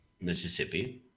Mississippi